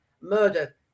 murder